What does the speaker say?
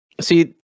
see